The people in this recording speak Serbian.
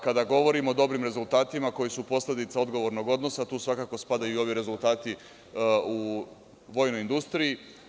Kada govorimo o dobrim rezultatima koji su posledica odgovornog odnosa, tu svakako spadaju i ovi rezultati u vojnoj industriji.